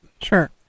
Sure